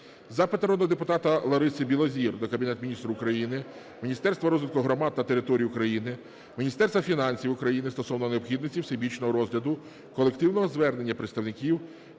Запит нароного депутата Лариси Білозір до Кабінету Міністрів України, Міністерства розвитку громад та територій України, Міністерства фінансів України стосовно необхідності всебічного розгляду колективного звернення представників